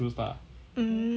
mm